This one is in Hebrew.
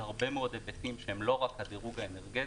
הרבה מאוד היבטים שהם לא רק הדירוג האנרגטי,